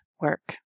work